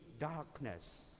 darkness